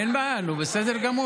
אין לו מה להגיד.